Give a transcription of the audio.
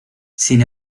sin